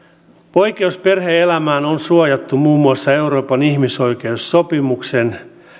oikeus perhe elämään on suojattu muun muassa euroopan ihmisoikeussopimuksen